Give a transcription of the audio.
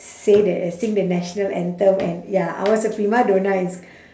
say the eh sing the national anthem and ya I was a prima donna in sch~